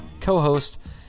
co-host